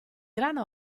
grande